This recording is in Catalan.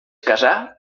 casà